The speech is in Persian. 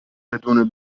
بدون